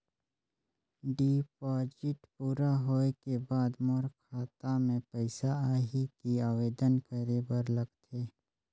Deposit पूरा होय के बाद मोर खाता मे पइसा आही कि आवेदन करे बर लगथे?